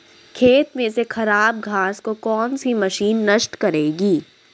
खेत में से खराब घास को कौन सी मशीन नष्ट करेगी?